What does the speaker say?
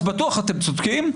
אז בטוח אתם צודקים,